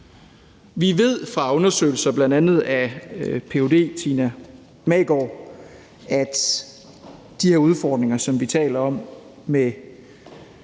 Vi ved fra undersøgelser, bl.a. af ph.d. Tina Maegaard, at der er de her udfordringer, som vi taler om, med